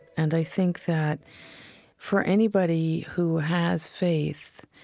and i think that for anybody who has faith,